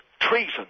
treason